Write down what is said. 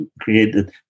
created